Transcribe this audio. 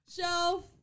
show